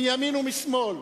מימין ומשמאל,